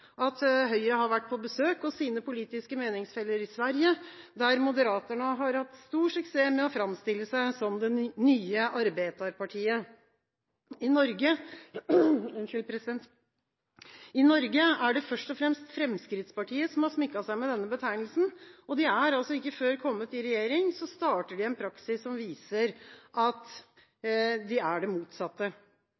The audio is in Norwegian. at Høyre har vært på besøk hos sine politiske meningsfeller i Sverige, der Moderaterna har hatt stor suksess med å framstille seg som det nye «arbetarpartiet». I Norge er det først og fremst Fremskrittspartiet som har smykket seg med denne betegnelsen, og de er altså ikke før kommet i regjering, før de starter en praksis som viser at